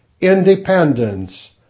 independence